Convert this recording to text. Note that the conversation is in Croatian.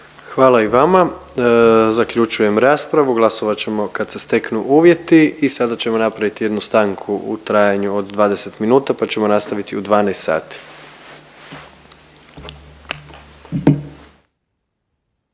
Hvala i vama. Zaključujem raspravu, glasovat ćemo kad se steknu uvjeti. I sada ćemo napraviti jednu stanku u trajanju od 20 minuta pa ćemo nastaviti u 12 sati.